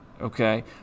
okay